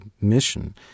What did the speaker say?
mission